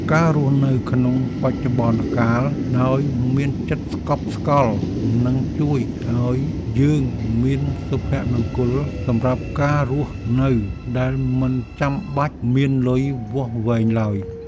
ការរស់នៅក្នុងបច្ចុប្បន្នកាលដោយមានចិត្តស្កប់ស្កល់នឹងជួយឱ្យយើងមានសុភមង្គលសម្រាប់ការរស់នៅដែលមិនចាំបាច់មានលុយវាស់វែងឡើយ។